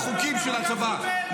בחוקים של הצבא.